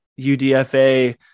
UDFA